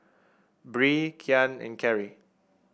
Bree Kian and Kerry